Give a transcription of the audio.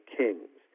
kings